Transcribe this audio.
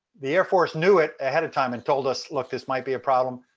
the air force knew it ahead of time and told us, look, this might be a problem,